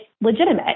legitimate